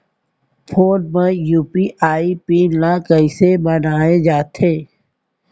Phone म UPI pin ल कइसे बनाये जाथे?